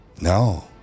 No